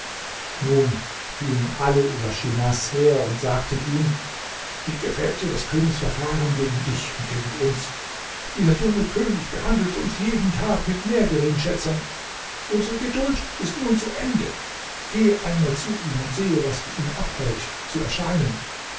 nun fielen alle über schimas her und sagten ihm wie gefällt dir des königs verfahren gegen dich und gegen uns dieser junge könig behandelt uns jeden tag mit mehr geringschätzung unsere geduld ist nun zu ende geh einmal zu ihm und sehe was ihn abhält zu erscheinen